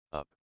up